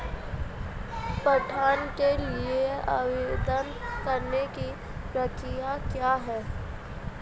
ऋण के लिए आवेदन करने की प्रक्रिया क्या है?